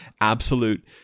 absolute